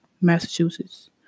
Massachusetts